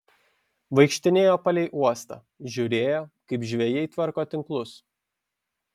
vaikštinėjo palei uostą žiūrėjo kaip žvejai tvarko tinklus